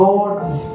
God's